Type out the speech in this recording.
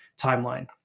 timeline